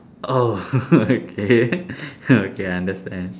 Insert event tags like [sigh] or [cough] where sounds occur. oh [laughs] okay okay I understand